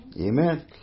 Amen